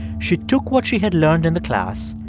she took what she had learned in the class,